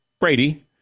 Brady